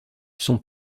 son